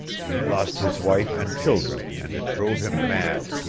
he lost his wife and children and it drove him mad.